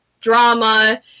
drama